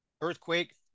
earthquake